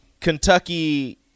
Kentucky